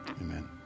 Amen